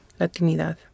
Latinidad